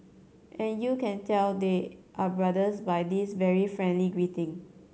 and you can tell they are brothers by this very friendly greeting